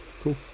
Cool